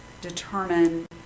determine